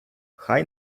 хай